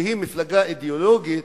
שהיא מפלגה אידיאולוגית,